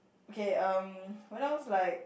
okay um when I was like